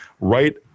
right